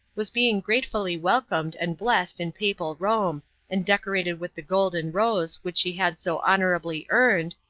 was being gratefully welcomed and blest in papal rome and decorated with the golden rose which she had so honorably earned,